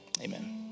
Amen